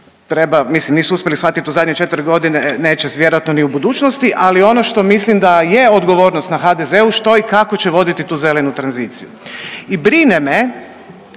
treba, mislim nisu uspjeli shvatit u zadnje 4.g., neće vjerojatno ni u budućnosti, ali ono što mislim da je odgovornost na HDZ-u što i kako će voditi tu zelenu tranziciju. I brine me